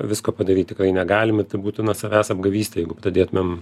visko padaryt tikrai negalim ir tai būtų na savęs apgavystė jeigu padėtumėm